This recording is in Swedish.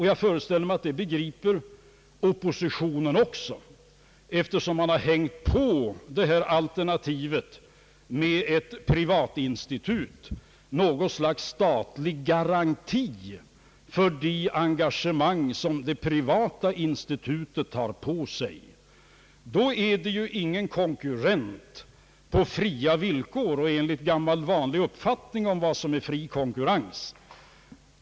Jag föreställer mig att det begriper oppositionen också, eftersom man till detta alternativ med ett privat institut har anknutit något slags statlig garanti för de engagemang som det privata institutet tar på sig. Men då är det ju ingen konkurrens på fria villkor enligt gammal vanlig uppfattning om vad som är fri konkurrens!